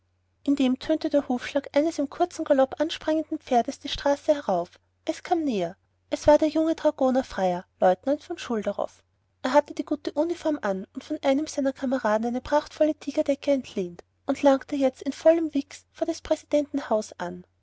indem tönte der hufschlag eines in kurzem galopp ansprengenden pferdes die straße herauf es kam näher es war der junge dragonerfreier leutnant von schulderoff er hatte die gute uniform an und von einem seiner kameraden eine prachtvolle tigerdecke entlehnt und langte jetzt in vollem wichs vor des präsidenten haus an